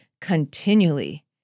continually